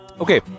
Okay